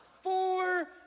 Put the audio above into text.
Four